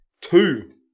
Two